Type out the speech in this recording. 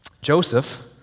Joseph